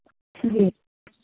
जी